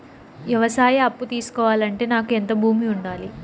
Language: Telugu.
వ్యవసాయ అప్పు తీసుకోవాలంటే నాకు ఎంత భూమి ఉండాలి?